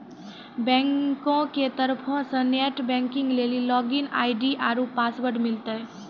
बैंको के तरफो से नेट बैंकिग लेली लागिन आई.डी आरु पासवर्ड मिलतै